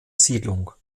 siedlung